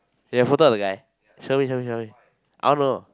you have photo of the guy show me show me show me I wanna know